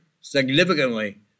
significantly